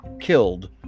killed